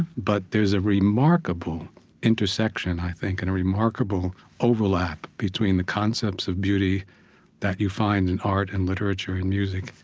but there's a remarkable intersection, i think, and a remarkable overlap between the concepts of beauty that you find in art and literature and music,